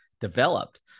developed